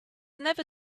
never